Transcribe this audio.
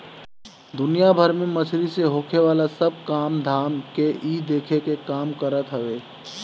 दुनिया भर में मछरी से होखेवाला सब काम धाम के इ देखे के काम करत हवे